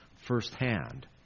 firsthand